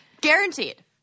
Guaranteed